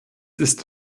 ist